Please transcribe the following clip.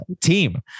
team